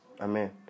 Amen